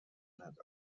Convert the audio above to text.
نداد